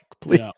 Please